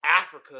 Africa